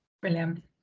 brilliant